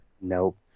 nope